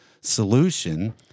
solution